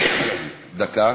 דקה.